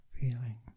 feeling